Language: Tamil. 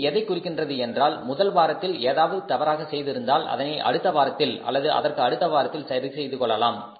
இது எதைக் குறிக்கிறது என்றால் முதல் வாரத்தில் ஏதாவது தவறாக சென்றிருந்தால் அதனை அடுத்த வாரத்தில் அல்லது அதற்கு அடுத்த வாரத்தில் சரி செய்து கொள்ள முடியும்